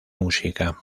música